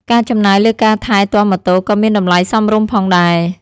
ការចំណាយលើការថែទាំម៉ូតូក៏មានតម្លៃសមរម្យផងដែរ។